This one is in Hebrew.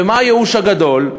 ומה הייאוש הגדול?